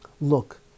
look